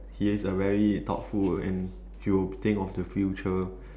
he is a very thoughtful and he will think of the future